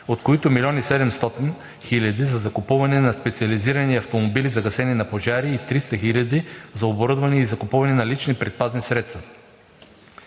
от които 1 милион 700 хиляди за закупуване на специализирани автомобили за гасене на пожари и 300 хиляди за оборудване и закупуване на лични предпазни средства.